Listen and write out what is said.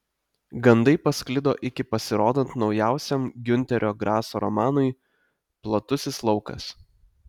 gandai pasklido iki pasirodant naujausiam giunterio graso romanui platusis laukas